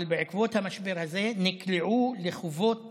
אבל בעקבות המשבר הזה נקלעו לחובות